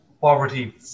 poverty